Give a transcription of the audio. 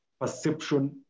perception